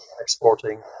exporting